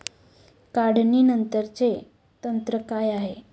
काढणीनंतरचे तंत्र काय आहे?